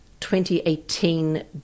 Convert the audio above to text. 2018